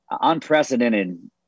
unprecedented